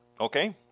Okay